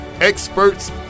experts